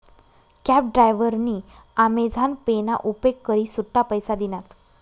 cab डायव्हरनी Amazon pay ना उपेग करी सुट्टा पैसा दिनात